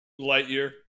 Lightyear